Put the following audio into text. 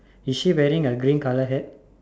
is she wearing a green colour hat